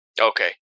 Okay